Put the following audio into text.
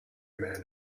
man